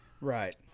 Right